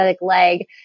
Leg